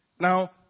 Now